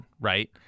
right